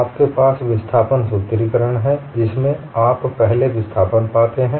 आपके पास विस्थापन सूत्रीकरण हैं इस में आप पहले विस्थापन पाते हैं